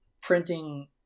printing